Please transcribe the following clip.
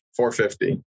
450